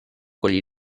quali